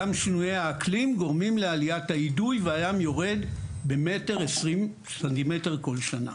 גם שינויי האקלים גורמים לעליית האידוי והים יורד ב-1.20 מטר כל שנה.